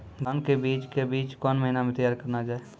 धान के बीज के बीच कौन महीना मैं तैयार करना जाए?